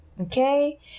okay